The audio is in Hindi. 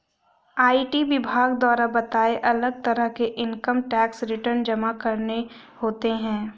आई.टी विभाग द्वारा बताए, अलग तरह के इन्कम टैक्स रिटर्न जमा करने होते है